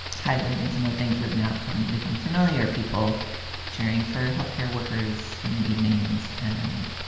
highlighting some of the things they've now come become familiar. people cheering for health care workers in the evenings and